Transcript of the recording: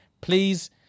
Please